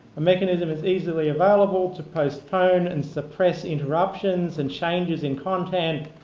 a mechanism is easily available to postpone and suppress interruptions and changes in content